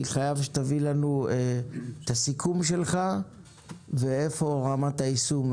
אני חייב שתביא לנו את הסיכום שלך ואיפה רמת היישום,